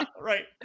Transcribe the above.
right